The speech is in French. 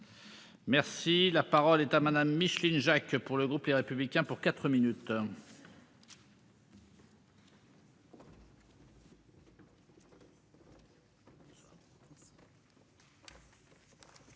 Merci la parole est à Madame Micheline Jacques pour le groupe Les Républicains pour 4 minutes.